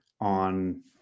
on